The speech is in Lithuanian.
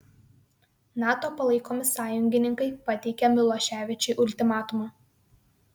nato palaikomi sąjungininkai pateikė miloševičiui ultimatumą